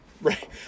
Right